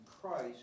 Christ